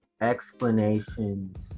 explanations